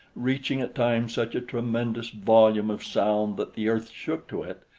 reaching at time such a tremendous volume of sound that the earth shook to it,